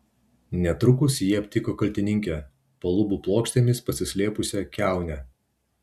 netrukus jie aptiko kaltininkę po lubų plokštėmis pasislėpusią kiaunę